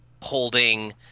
holding